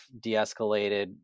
de-escalated